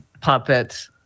puppet